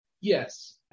Yes